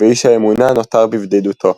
ואיש האמונה נותר בבדידותו.